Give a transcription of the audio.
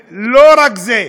לא רק זה,